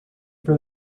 for